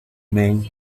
men